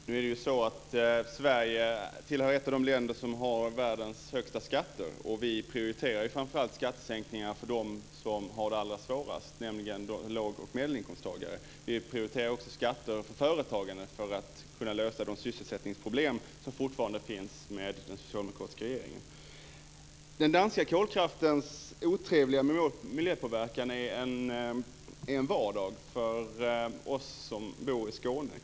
Herr talman! Nu är det så att Sverige är ett av de länder som har världens högsta skatter. Vi prioriterar framför allt skattesänkningar för dem som har det allra svårast, nämligen låg och medelinkomsttagarna. Vi prioriterar också skatter för företagandet för att kunna lösa de sysselsättningsproblem som fortfarande finns med den socialdemokratiska regeringen. Den danska kolkraftens otrevliga miljöpåverkan är vardag för oss som bor i Skåne.